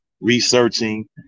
researching